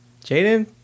Jaden